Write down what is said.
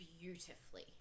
beautifully